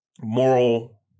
moral